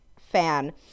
fan